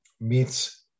meets